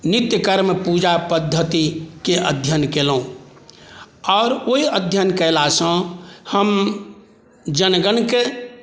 नित्य कर्म पूजा पद्धतिके अध्ययन केलहुँ आओर ओहि अध्ययन कयलासँ हम जनगणके